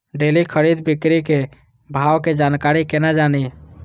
Daily खरीद बिक्री के भाव के जानकारी केना जानी?